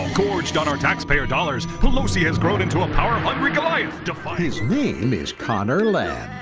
gorged on our taxpayer dollars, pelosi has grown into a power-hungry goliath, defying. his name is conor lamb.